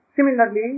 Similarly